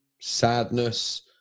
sadness